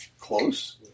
close